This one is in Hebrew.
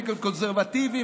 נגד קונסרבטיבים,